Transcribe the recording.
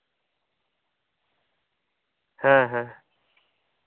ᱦᱮᱸ ᱦᱮᱸ